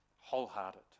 wholehearted